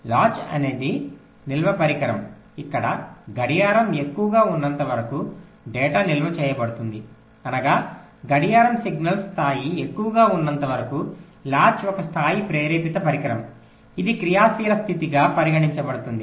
latch అనేది నిల్వ పరికరం ఇక్కడ గడియారం ఎక్కువగా ఉన్నంత వరకు డేటా నిల్వ చేయబడుతుంది అనగా గడియారం సిగ్నల్ స్థాయి ఎక్కువగా ఉన్నంతవరకు లాచ్ ఒక స్థాయి ప్రేరేపిత పరికరం ఇది క్రియాశీల స్థితిగా పరిగణించబడుతుంది